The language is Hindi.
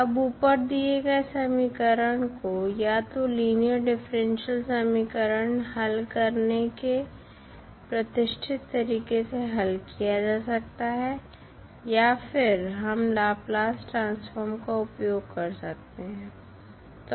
अब ऊपर दिए गए समीकरण को या तो लीनियर डिफरेंशियल समीकरण हल करने के प्रतिष्ठित तरीके से हल किया जा सकता है या फिर हम लाप्लास ट्रांसफॉर्म का उपयोग कर सकते हैं